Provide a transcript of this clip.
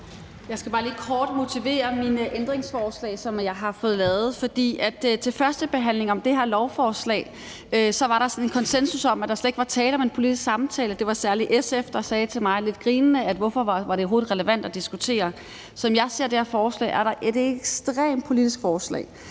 bare lige kort motivere de ændringsforslag, jeg har stillet. For ved førstebehandlingen af det her lovforslag var der sådan en konsensus om, at der slet ikke var tale om en politisk samtale. Det var særlig SF, der lidt grinende sagde til mig: Hvorfor er det overhovedet relevant at diskutere? Som jeg ser det her forslag, er det et ekstremt politisk forslag.